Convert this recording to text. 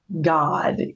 God